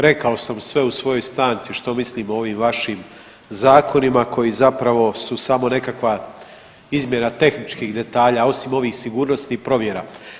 Rekao sam sve u svojoj stanci što mislim o ovim vašim zakonima koji zapravo su samo nekakva izmjena tehničkih detalja, osim ovih sigurnosnih provjera.